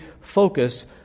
focus